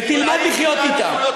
ותלמד לחיות אתה.